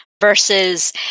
versus